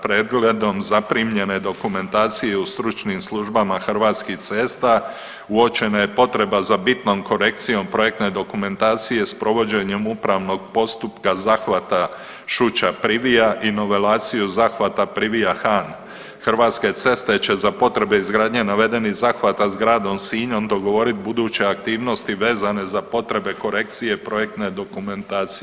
Pregledom zaprimljene dokumentacije u stručnim službama Hrvatskih cesta uočena je potreba za bitnom korekcijom projektne dokumentacije s provođenjem upravnog postupka zahvata Šuća – Privija i novelaciju zahvata Privija – Han Hrvatske ceste će za potrebe izgradnje navedenih zahvata s gradom Sinjom dogovoriti buduće aktivnosti vezane za potrebe korekcije projektne dokumentacije.